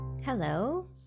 Hello